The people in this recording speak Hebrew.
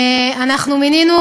אנחנו מינינו